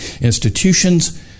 institutions